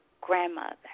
grandmother